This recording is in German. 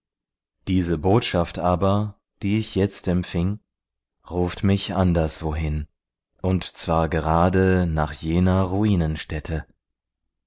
diese botschaft aber die ich jetzt empfing ruft mich anderswohin und zwar gerade nach jener